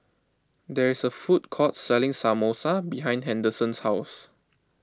there is a food court selling Samosa behind Henderson's house